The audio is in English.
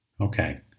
Okay